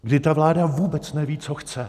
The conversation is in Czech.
Kdy ta vláda vůbec neví, co chce.